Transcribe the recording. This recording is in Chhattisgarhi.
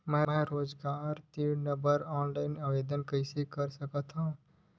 मैं रोजगार ऋण बर ऑनलाइन आवेदन कइसे कर सकथव?